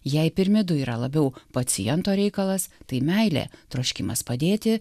jei pirmi du yra labiau paciento reikalas tai meilė troškimas padėti